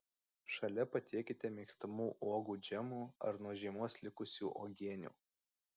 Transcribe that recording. šalia patiekite mėgstamų uogų džemų ar nuo žiemos likusių uogienių